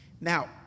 Now